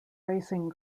racing